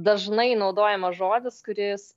dažnai naudojamas žodis kuris